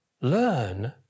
learn